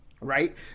right